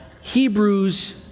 Hebrews